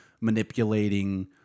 manipulating